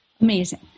Amazing